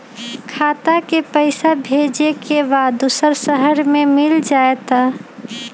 खाता के पईसा भेजेए के बा दुसर शहर में मिल जाए त?